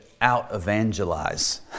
out-evangelize